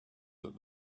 that